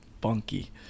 funky